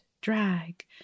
drag